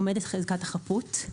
עומדת חלקת החפות,